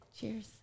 Cheers